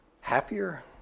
happier